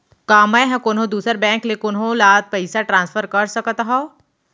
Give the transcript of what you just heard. का मै हा कोनहो दुसर बैंक ले कोनहो ला पईसा ट्रांसफर कर सकत हव?